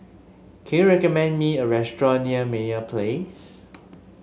can you recommend me a restaurant near Meyer Place